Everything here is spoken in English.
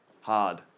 hard